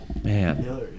Man